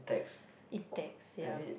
index ya